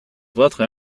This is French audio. votre